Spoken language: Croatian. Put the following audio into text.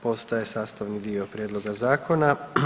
Postaje sastavni dio prijedloga zakona.